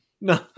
No